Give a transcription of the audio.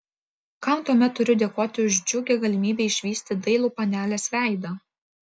kam tuomet turiu dėkoti už džiugią galimybę išvysti dailų panelės veidą